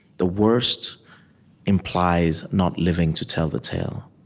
the worst implies not living to tell the tale.